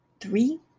three